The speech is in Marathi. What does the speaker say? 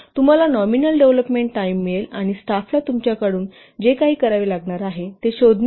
तर तुम्हाला नॉमिनल डेव्हलोपमेंट टाईम मिळेल आणि स्टाफला तुमच्याकडून जे काही करावे लागणार आहे ते मिळेल